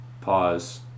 pause